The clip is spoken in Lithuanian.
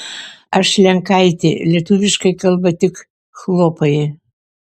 aš lenkaitė lietuviškai kalba tik chlopai